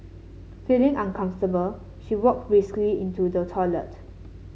feeling uncomfortable she walked briskly into the toilet